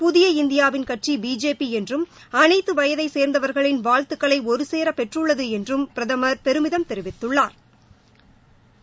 புதிய இந்தியாவின் கட்சி பிஜேபி என்றும் அனைத்து வயதை சேர்ந்தவர்களின் வாழ்த்துகளை ஒரு சேர பெற்றுள்ளது என்றும் பிரதமா் பெருமிதம் தெரிவித்துள்ளாா்